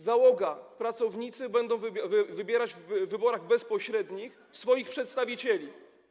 Załoga, pracownicy będą wybierać w wyborach bezpośrednich swoich przedstawicieli.